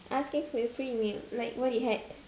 asking for your pre meal like what you had